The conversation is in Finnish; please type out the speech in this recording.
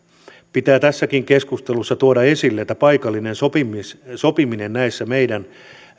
pitää tässäkin keskustelussa tuoda esille että paikallinen sopiminen näissä meidän